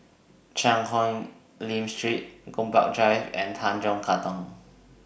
Cheang Hong Lim Street Gombak Drive and Tanjong Katong